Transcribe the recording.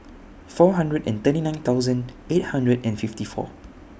four hundred and thirty nine thousand eight hundred and fifty four